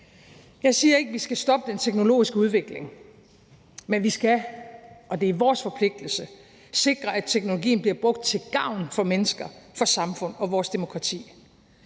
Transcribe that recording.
Jeg siger ikke, vi skal stoppe den teknologiske udvikling, men vi skal sikre – og det er vores forpligtelse – at teknologien bliver brugt til gavn for mennesker, for samfundet og for vores demokrati.